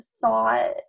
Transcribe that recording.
thought